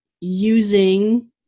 using